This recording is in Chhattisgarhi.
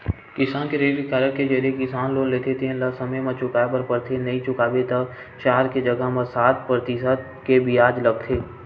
किसान क्रेडिट कारड के जरिए किसान लोन लेथे तेन ल समे म चुकाए बर परथे नइ चुका पाबे त चार के जघा म सात परतिसत के बियाज लगथे